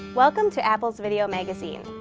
welcome to apples video magazine.